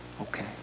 okay